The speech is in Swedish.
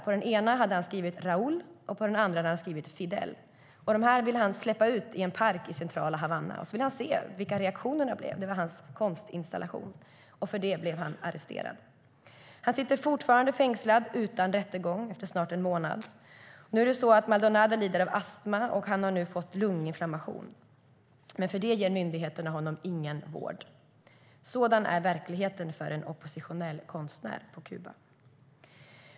På den ena hade han skrivit Raúl och på den andra Fidel. Han ville släppa ut grisarna i en park i centrala Havanna och se vilka reaktionerna blev. Det var hans konstinstallation. För detta blev han arresterad. Han sitter fortfarande fängslad utan rättegång efter snart en månad. Maldonado lider av astma och har nu fått lunginflammation, men myndigheterna ger honom ingen vård. Sådan är verkligheten för en oppositionell konstnär på Kuba.